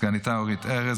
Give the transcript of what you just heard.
סגניתה אורית ארז,